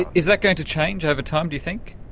is that going to change over time, do you think?